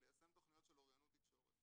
ליישם תוכניות של אוריינות תקשורת.